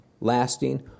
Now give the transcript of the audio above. lasting